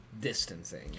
distancing